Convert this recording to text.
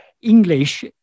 English